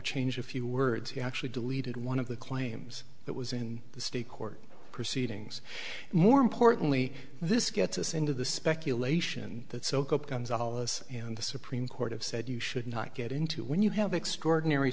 change a few words he actually deleted one of the claims that was in the state court proceedings and more importantly this gets us into the speculation that soak up gonzales in the supreme court of said you should not get into when you have extraordinary